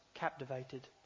captivated